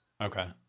Okay